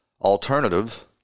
alternative